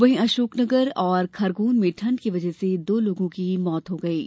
वहीं अशोकनगर और खरगोन में ठंड की वजह से दो लोगों की मौत हो गयी है